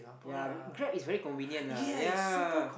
ya Grab is very convenient lah ya